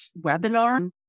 webinar